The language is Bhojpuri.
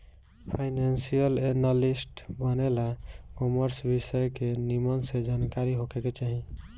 फाइनेंशियल एनालिस्ट बने ला कॉमर्स विषय के निमन से जानकारी होखे के चाही